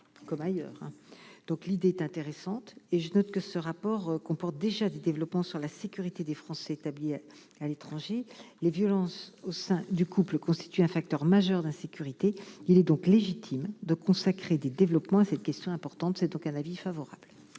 comme ailleurs, donc l'idée est intéressante et je note que ce rapport comporte déjà des développements sur la sécurité des Français établis à l'étranger, les violences au sein du couple constitue un facteur majeur d'insécurité, il est donc légitime de consacrer des développements à cette question importante, c'est donc un avis favorable.